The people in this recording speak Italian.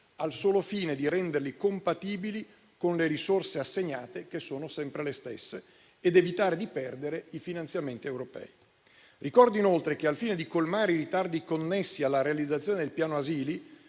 al solo fine di renderli compatibili con le risorse assegnate, che sono sempre le stesse, ed evitare di perdere i finanziamenti europei. Ricordo inoltre che, al fine di colmare i ritardi connessi alla realizzazione del Piano asili,